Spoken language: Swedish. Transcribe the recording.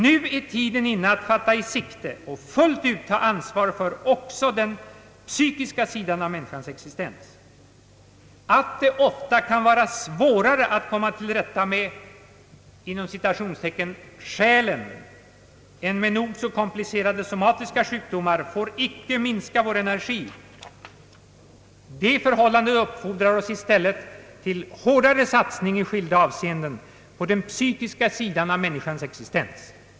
Nu är tiden inne att fatta i sikte och fullt ut ta ansvaret också för den psykiska sidan av människans existens. Att det ofta kan vara svårare att komma till rätta med »själen» än med nog så komplicerade somatiska sjukdomar får icke minska vår energi. Det förhållandet uppfordrar oss i stället till hårdare satsning i skilda avseenden på den psykiska sidan av människans existens.